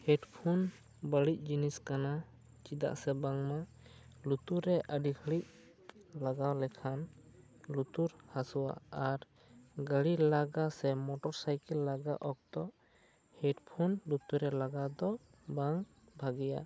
headphone ᱵᱟᱹᱲᱤᱡ ᱡᱤᱱᱤᱥ ᱠᱟᱱᱟ ᱪᱮᱫᱟᱜ ᱥᱮ ᱵᱟᱝ ᱢᱟ ᱞᱩᱛᱩᱨ ᱨᱮ ᱟᱹᱰᱤ ᱜᱷᱟᱹᱲᱤᱡ ᱞᱟᱜᱟᱣ ᱞᱮ ᱠᱷᱟᱱ ᱞᱩᱛᱩᱨ ᱦᱟᱹᱥᱩᱣᱟ ᱟᱨ ᱜᱟ ᱲᱤ ᱞᱟᱜᱟ ᱥᱮ ᱢᱚᱴᱚᱨᱥᱟᱭᱠᱤᱞ ᱞᱟᱜᱟ ᱚᱠᱛᱚ ᱦᱮᱰᱯᱷᱳᱱ ᱞᱩᱛᱩᱨ ᱨᱮ ᱞᱟᱜᱟᱣ ᱫᱚ ᱵᱟᱝ ᱵᱷᱟᱹᱜᱤᱭᱟ